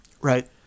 Right